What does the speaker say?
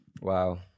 Wow